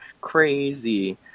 crazy